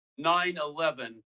9-11